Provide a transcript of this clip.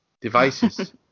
devices